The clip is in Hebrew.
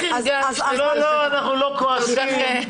לא, אנחנו לא כועסים.